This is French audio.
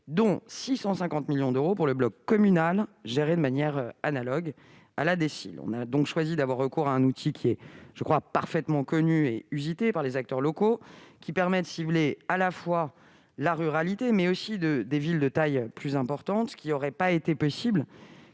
dont 650 millions d'euros pour le bloc communal, gérée de manière analogue à la DSIL. Nous avons donc choisi d'avoir recours à un outil qui, me semble-t-il, est parfaitement connu et utilisé par les acteurs locaux. Il permet en outre de cibler la ruralité, mais aussi des villes de taille plus importante, ce qui aurait été impossible